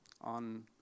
on